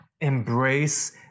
Embrace